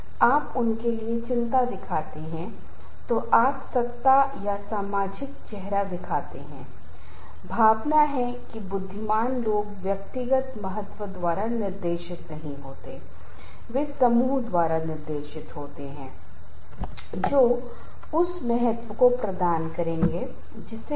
एक विभाग का आउटपुट दूसरे विभाग के लिए इनपुट बन जाता है और इस तरह की नौकरी में अगर विभाग एक दूसरे के साथ अच्छी तरह से नहीं खींच रहे हैं इसका मतलब है जो कुछ भी उत्पादन इकाई द्वारा उत्पादित किया जाता है क्योंकि गुणवत्ता नियंत्रण इकाई के साथ पारस्परिक संघर्ष के कारण उत्पादों को अस्वीकार कर दिया जाता है और इसका कारण व्यक्तित्व संघर्ष के साथ अंतर समस्या या दूसरे के साथ एक विभाग की अंतर वैयक्तिक समस्या भी होगी